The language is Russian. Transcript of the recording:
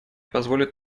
позволит